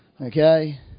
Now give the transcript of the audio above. Okay